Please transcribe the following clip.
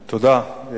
תודה.